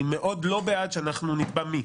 אבל אני מאוד לא בעד שאנחנו נקבע מי.